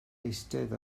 eistedd